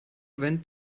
went